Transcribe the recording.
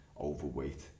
overweight